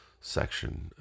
section